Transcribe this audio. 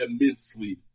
immensely